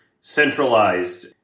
centralized